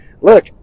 look